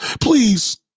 Please